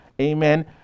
Amen